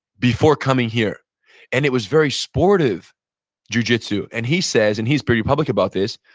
before coming here and it was very sportive jujitsu and he says, and he's pretty public about this,